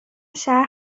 شهر